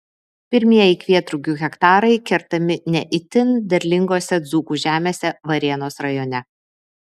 pirmieji kvietrugių hektarai kertami ne itin derlingose dzūkų žemėse varėnos rajone